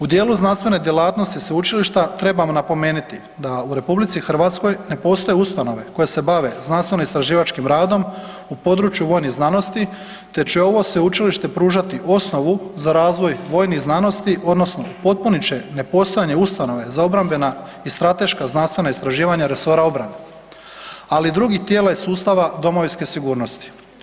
U djelu znanstvene djelatnosti sveučilišta, treba napomenuti da u RH ne postoji ustanove koje se bave znanstveno-istraživačkim radom u području vojnih znanosti te će ovo sveučilište pružati osnovu za razvoj vojnih znanosti odnosno potpunit će nepostojanje ustanove za obrambena i strateška znanstvena istraživanja resora obrane ali i drugih tijela iz sustava domovinske sigurnosti.